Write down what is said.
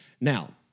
Now